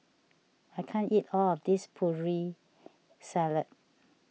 I can't eat all of this Putri Salad